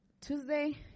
tuesday